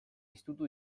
estutu